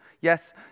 yes